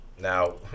Now